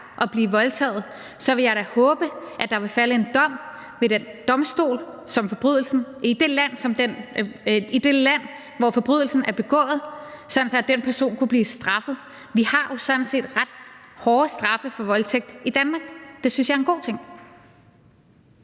at blive voldtaget, så ville jeg da håbe, at der ville falde en dom ved en domstol i det land, som forbrydelsen var begået i, sådan at den person kunne blive straffet. Vi har jo sådan set ret hårde straffe for voldtægt i Danmark, og det synes jeg er en god ting.